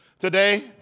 Today